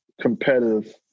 competitive